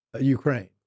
Ukraine